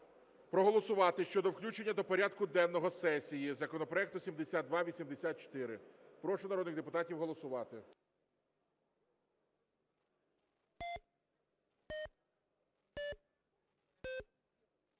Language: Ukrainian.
проголосувати щодо включення до порядку денного сесії законопроекту 7284. Прошу народних депутатів голосувати.